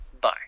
Bye